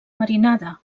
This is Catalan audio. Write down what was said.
marinada